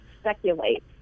speculate